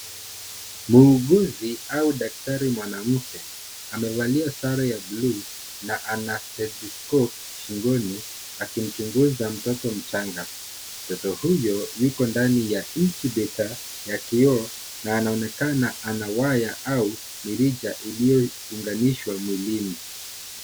Muuguzi ama daktari mwanamke, ana sare ya buluu na ana stethoskopu shingoni akimchunguza mtoto mchanga. Mtoto huyo yuko ndani ya incubator ya kioo na anaonekana ana waya au mirija iliyounganishwa mwilini.